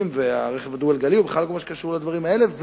והרכב הדו-גלגלי בכל מה שקשור לדברים האלה,